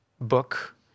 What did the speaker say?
book